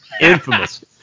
infamous